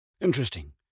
Interesting